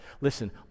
Listen